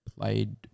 played